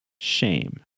shame